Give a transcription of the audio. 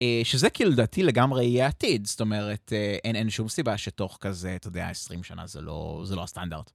שזה כאילו דעתי לגמרי יהיה עתיד, זאת אומרת אין שום סיבה שתוך כזה, אתה יודע, 20 שנה זה לא הסטנדרט.